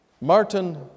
Martin